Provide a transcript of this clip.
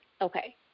Okay